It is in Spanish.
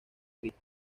cristo